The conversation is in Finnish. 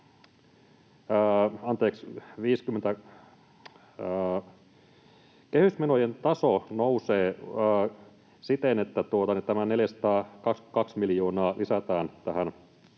kehysmenojen taso nousee siten, että tämä 422 miljoonaa lisätään tähän